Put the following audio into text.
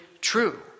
true